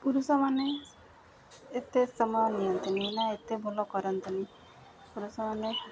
ପୁରୁଷମାନେ ଏତେ ସମୟ ନିଅନ୍ତିନି ନା ଏତେ ଭଲ କରନ୍ତିନି ପୁରୁଷମାନେ